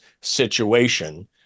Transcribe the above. situation